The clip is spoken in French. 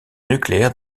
nucléaire